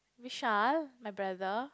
Vishal my brother